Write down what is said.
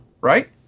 right